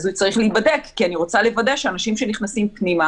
אז הוא צריך להיבדק כי אני רוצה לוודא שאנשים שנכנסים פנימה